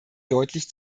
deutlich